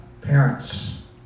parents